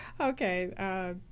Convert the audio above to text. Okay